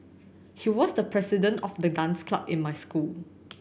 he was the president of the dance club in my school